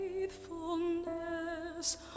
faithfulness